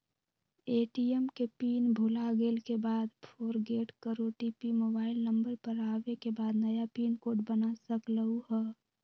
ATM के pin भुलागेल के बाद फोरगेट कर ओ.टी.पी मोबाइल नंबर पर आवे के बाद नया पिन कोड बना सकलहु ह?